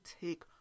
take